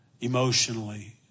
emotionally